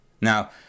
Now